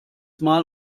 mal